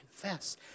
confess